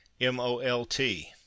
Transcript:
m-o-l-t